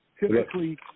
Typically